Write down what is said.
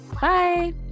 Bye